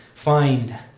Find